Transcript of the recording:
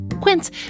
Quince